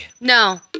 No